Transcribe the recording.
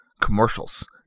commercials